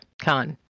Khan